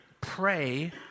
Pray